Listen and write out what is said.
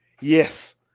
Yes